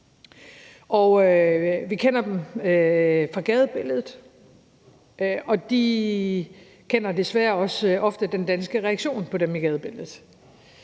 Vi kender dem fra gadebilledet, og de kender desværre også ofte den danske reaktion på dem i gadebilledet.